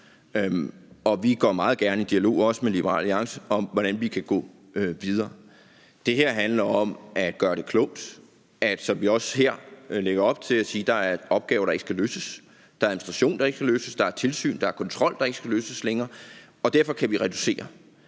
Vi går meget gerne i dialog, også med Liberal Alliance, om, hvordan vi kan gå videre. Det her handler om at gøre det klogt, sådan at vi også her lægger op til at sige, at der er opgaver, der ikke skal løses; der er administration, der ikke skal løses; der er tilsyn og kontrol, der ikke skal løses længere. Og derfor kan vi reducere